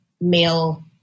male